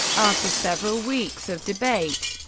after several weeks of debate,